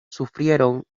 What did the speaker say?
sufrieron